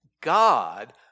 God